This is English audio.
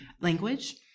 language